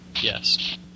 Yes